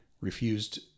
refused